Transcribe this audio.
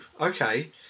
okay